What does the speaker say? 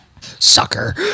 sucker